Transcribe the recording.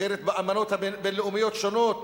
מוכרת באמנות בין-לאומיות שונות